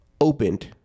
opened